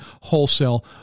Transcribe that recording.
wholesale